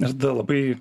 ir tada labai